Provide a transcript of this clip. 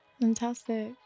Fantastic